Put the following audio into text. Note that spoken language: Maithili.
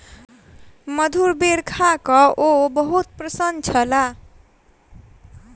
मधुर बेर खा कअ ओ बहुत प्रसन्न छलाह